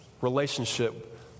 relationship